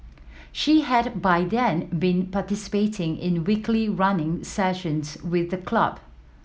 she had by then been participating in weekly running sessions with the club